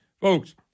Folks